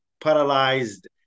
paralyzed